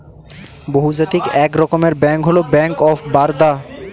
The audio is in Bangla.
বহুজাতিক এক রকমের ব্যাঙ্ক হল ব্যাঙ্ক অফ বারদা